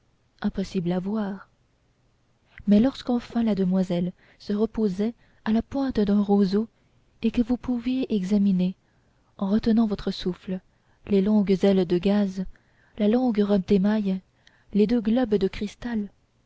impossible à voir mais lorsque enfin la demoiselle se reposait à la pointe d'un roseau et que vous pouviez examiner en retenant votre souffle les longues ailes de gaze la longue robe d'émail les deux globes de cristal